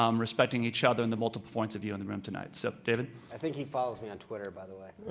um respecting each other and the multiple points of view in the room tonight, so david. i think he follows on and twitter, by the way.